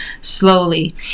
slowly